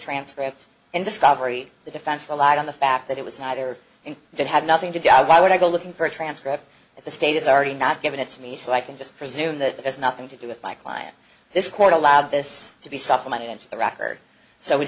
transcript and discovery the defense relied on the fact that it was neither and that had nothing to do why would i go looking for a transcript of the status already not given it to me so i can just presume that there's nothing to do with my client this court allowed this to be supplemented into the record so it